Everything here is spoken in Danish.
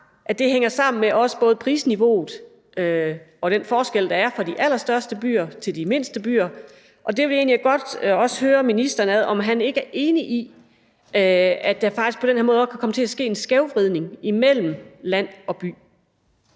både hænger sammen med prisniveauet og den forskel, der er fra de allerstørste byer til de mindste byer. Der vil jeg egentlig godt høre ministeren, om han ikke er enig i, at der faktisk på den her måde kan komme til at ske en skævvridning imellem land og by.